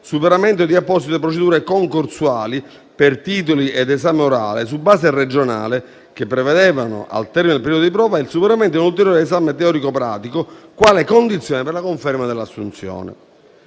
superamento di apposite procedure concorsuali, per titoli ed esame orale, su base regionale, che prevedevano, al termine del periodo di prova, il superamento di un ulteriore esame teorico-pratico, quale condizione per la conferma dell'assunzione.